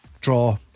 Draw